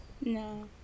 No